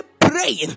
praying